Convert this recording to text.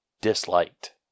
Disliked